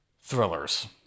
thrillers